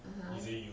(uh huh)